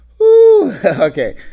okay